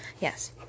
Yes